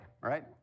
right